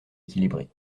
équilibré